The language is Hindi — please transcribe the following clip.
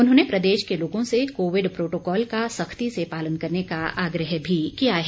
उन्होंने प्रदेश के लोगों से कोविड प्रोटोकॉल का सख्ती से पालन करने का आग्रह भी किया है